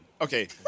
Okay